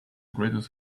greatest